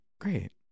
Great